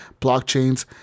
blockchains